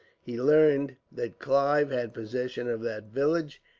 he learned that clive had possession of that village,